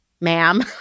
ma'am